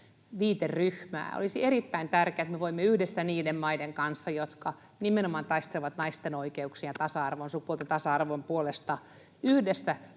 Ukraina-viiteryhmää. Olisi erittäin tärkeää, että me voimme yhdessä niiden maiden kanssa, jotka nimenomaan taistelevat naisten oikeuksien ja sukupuolten tasa-arvon